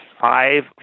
five